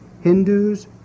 Hindus